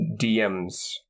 DMs